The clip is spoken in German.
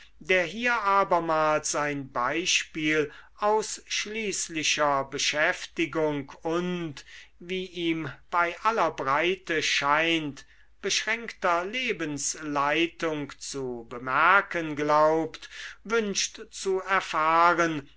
der hier abermals ein beispiel ausschließlicher beschäftigung und wie ihm bei aller breite scheint beschränkter lebensleitung zu bemerken glaubt wünscht zu erfahren